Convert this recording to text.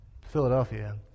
Philadelphia